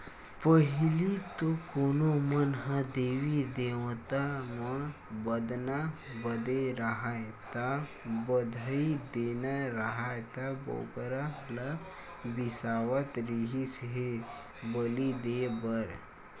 पहिली तो कोनो मन ह देवी देवता म बदना बदे राहय ता, बधई देना राहय त बोकरा ल बिसावत रिहिस हे बली देय बर